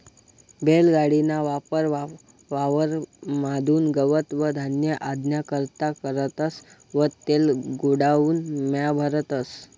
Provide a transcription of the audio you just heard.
बैल गाडी ना वापर वावर म्हादुन गवत व धान्य आना करता करतस व तेले गोडाऊन म्हा भरतस